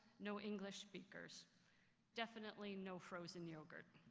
no english speakers definitely no frozen yogurt.